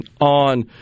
on